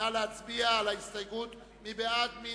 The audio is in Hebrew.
נא להצביע על הסתייגות ל-133(1) מי בעד,